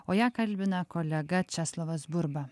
o ją kalbina kolega česlovas burba